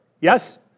Yes